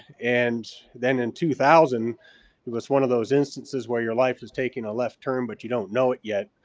and then in two thousand it was one of those instances where your life is taking a left turn but you don't know it yet.